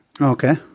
Okay